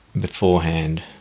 beforehand